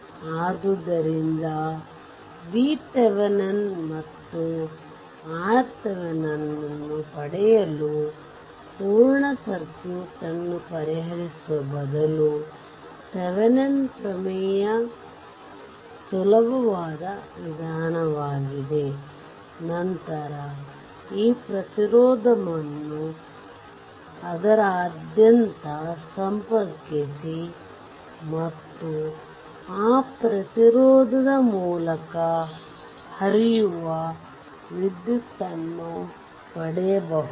ಆದ್ದರಿಂದVThevenin ಮತ್ತು RTheveninಅನ್ನು ಪಡೆಯಲು ಪೂರ್ಣ ಸರ್ಕ್ಯೂಟ್ ನ್ನು ಪರಿಹರಿಸುವ ಬದಲು ಥೆವೆನಿನ್ ಪ್ರಮೇಯThevenin's theorem ಸುಲಭವಾದ ವಿಧಾನವಾಗಿದೆ ನಂತರ ಆ ಪ್ರತಿರೋಧವನ್ನು ಅದರಾದ್ಯಂತ ಸಂಪರ್ಕಿಸಿ ಮತ್ತು ಆ ಪ್ರತಿರೋಧದ ಮೂಲಕ ಹರಿಯುವ ವಿದ್ಯುತ್ ನ್ನು ಪಡೆಯಬಹುದು